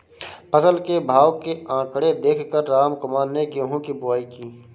फसल के भाव के आंकड़े देख कर रामकुमार ने गेहूं की बुवाई की